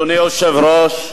אדוני היושב-ראש,